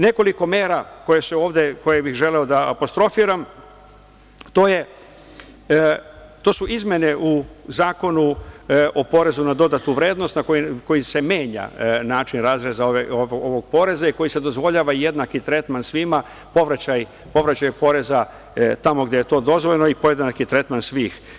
Nekoliko mera koje bih želeo da apostrofiram su izmene u Zakonu o porezu na dodatu vrednost, u kome se menja način razreza ovog poreza i u kome se dozvoljava jednaki tretman svima, povraćaj poreza tamo gde je to dozvoljeno i podjednaki tretman svih.